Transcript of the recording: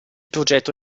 progetto